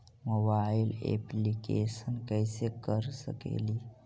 Mobile application कैसे कर सकेली?